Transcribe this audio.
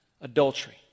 adultery